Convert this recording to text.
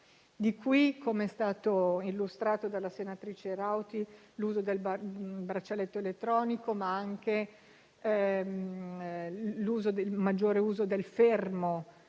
Da qui, come è stato illustrato della senatrice Rauti, l'uso del braccialetto elettronico, ma anche il maggiore uso del fermo,